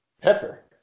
Pepper